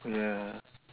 ya